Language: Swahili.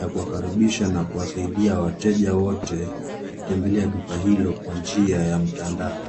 ya kuwakaribisha na kuwasaidia wateja wote kutembelea duka hilo kwa njia ya mtandao.